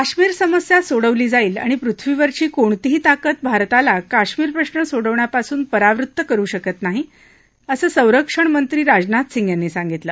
काश्मिर समस्या सोडवली जाईल आणि पृथ्वीवरची कोणतीही ताकद भारताला काश्मिर प्रश्न सोडवण्यापासून परावृत्त करु शकत नाही असं संरक्षण मंत्री राजनाथ सिंग यांनी सांगितलं